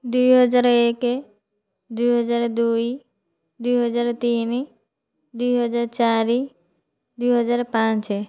ଦୁଇହଜାର ଏକ ଦୁଇହଜାର ଦୁଇ ଦୁଇହଜାର ତିନି ଦୁଇହଜାର ଚାରି ଦୁଇହଜାର ପାଞ୍ଚ